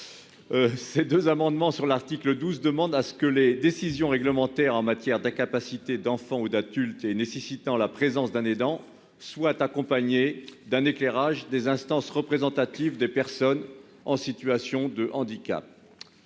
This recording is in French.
Cet amendement vise à ce que les décisions réglementaires en matière d'incapacité d'enfant ou d'adulte nécessitant la présence d'un aidant soient accompagnées d'un éclairage des instances représentatives des personnes en situation de handicap.